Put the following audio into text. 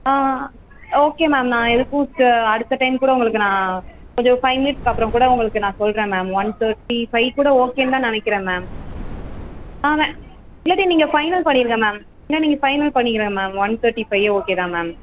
ஆ okay ma'am நான் எதுக்கும் சு அடுத்த டைம் கூட உங்களுக்கு நான் கொஞ்சம் ஃபை மினிட்ஸுக்கு அப்புறம் கூட உங்களுக்கு நான் சொல்கிறேன் மேம் ஒன் தேர்ட்டி ஃபை கூட ஓகேன்னு தான் நினைக்குறேன் மேம் ஆ மேம் இல்லாட்டி நீங்கள் ஃபைனல் பண்ணிடுங்கள் மேம் இல்லை நீங்கள் ஃபைனல் பண்ணிடுங்கள் மேம் ஒன் தேர்ட்டி ஃபையே ஓகே தான் மேம்